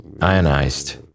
ionized